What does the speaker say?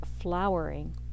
flowering